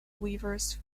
weavers